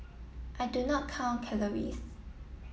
I do not count calories